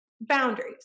boundaries